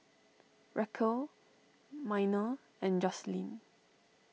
Racquel Miner and Joselyn